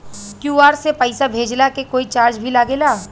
QR से पैसा भेजला के कोई चार्ज भी लागेला?